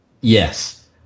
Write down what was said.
Yes